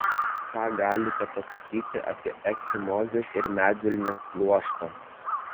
ką galite pasakyti apie ekchimozes ir medvilnės pluoštą